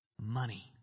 Money